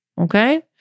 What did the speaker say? okay